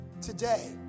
today